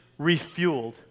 refueled